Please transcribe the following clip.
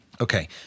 Okay